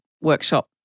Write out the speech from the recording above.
workshop